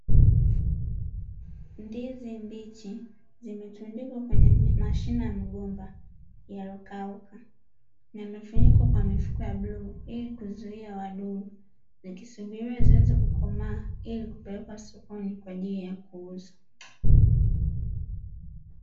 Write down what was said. Ndizi mbichi zimetundikwa kwenye mashina ya mgomba yaliyokauka yamefunikwa kwa mifuko ya bluu, ili kuzuia wadudu zikisubiriwa zianze kukomaa ili kupelekwa sokoni kwa ajili ya kuuza.